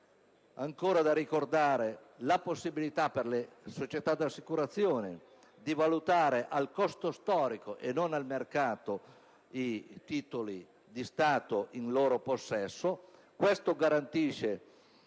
ricordare è ancora la possibilità per le società di assicurazione di valutare al costo storico e non al costo di mercato i titoli di Stato in loro possesso,